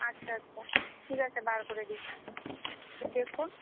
আচ্ছা আচ্ছা ঠিক আছে বার করে দিচ্ছি দেখুন